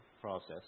process